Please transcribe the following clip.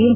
N